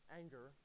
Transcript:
anger